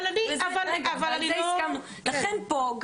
אבל אני לא --- לכן פה,